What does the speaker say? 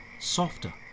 softer